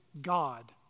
God